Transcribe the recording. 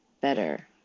better